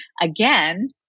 again